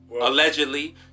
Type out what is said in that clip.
Allegedly